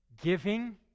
giving